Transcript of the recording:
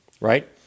right